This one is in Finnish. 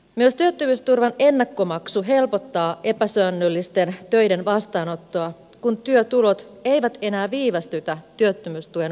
myös työttömyysturvan ennakkomaksu helpottaa epäsäännöllisten töiden vastaanottoa kun työtulot eivät enää viivästytä työttömyystuen maksua